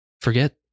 forget